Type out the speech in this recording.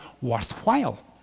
worthwhile